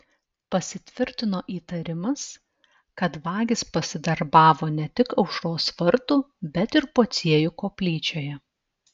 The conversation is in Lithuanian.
pasitvirtino įtarimas kad vagys pasidarbavo ne tik aušros vartų bet ir pociejų koplyčioje